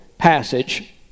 passage